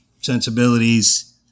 sensibilities